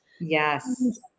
Yes